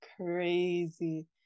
crazy